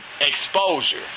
exposure